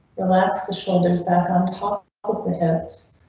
relax the shoulders back on top of the hipc,